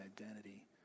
identity